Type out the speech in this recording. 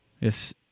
Yes